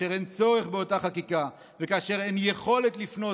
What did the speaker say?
כאשר אין צורך באותה חקיקה וכאשר אין יכולת לפנות,